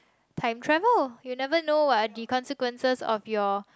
time travel you never know what the consequences of your